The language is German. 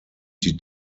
die